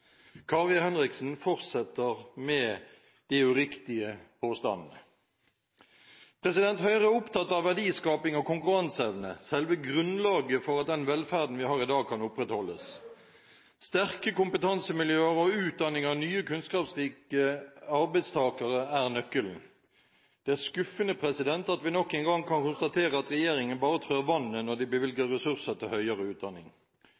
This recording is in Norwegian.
Kari Henriksen fortsetter med de uriktige påstandene. Høyre er opptatt av verdiskaping og konkurranseevne, selve grunnlaget for at den velferden vi har i dag, kan opprettholdes. Sterke kompetansemiljøer og utdanning av nye, kunnskapsrike arbeidstakere er nøkkelen. Det er skuffende at vi nok en gang kan konstatere at regjeringen bare trår vannet når de bevilger ressurser til høyere utdanning.